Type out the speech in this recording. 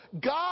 God